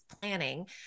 planning